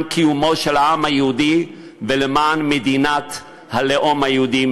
קיומו של העם היהודי ולמען מדינת הלאום היהודי,